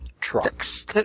trucks